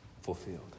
fulfilled